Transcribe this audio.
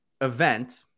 event